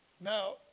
Now